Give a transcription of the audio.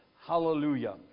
Hallelujah